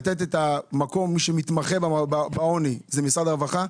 המקום שמתמחה בעוני זה משרד הרווחה.